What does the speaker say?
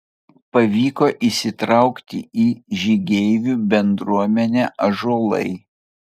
pavyko įsitraukti į žygeivių bendruomenę ąžuolai